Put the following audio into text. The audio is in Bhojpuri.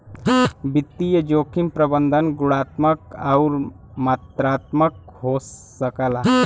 वित्तीय जोखिम प्रबंधन गुणात्मक आउर मात्रात्मक हो सकला